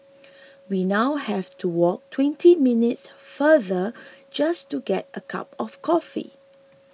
we now have to walk twenty minutes farther just to get a cup of coffee